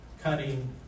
cutting